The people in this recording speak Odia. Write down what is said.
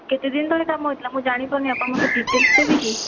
କେତେ ଦିନ ତଳେ କାମ ହୋଇଥିଲା ମୁଁ ଜାଣିପାରୁନି ଆପଣ ମୋତେ ଡିଟେଲ୍ସ୍ ଦେବେ କି